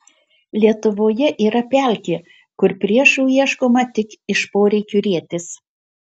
lietuvoje yra pelkė kur priešų ieškoma tik iš poreikio rietis